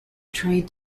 trade